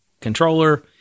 controller